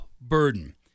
burden